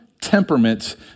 temperaments